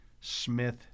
Smith